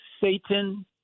Satan